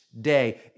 day